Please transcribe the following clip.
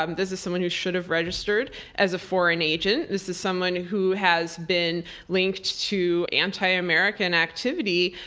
um this is someone who should have registered as a foreign agent. this is someone who has been linked to anti-american activity,